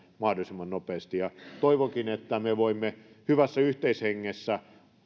sitä mahdollisimman nopeasti toivonkin että me voimme hyvässä yhteishengessä